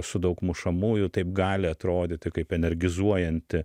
su daug mušamųjų taip gali atrodyti kaip energizuojanti